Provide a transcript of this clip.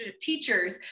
teachers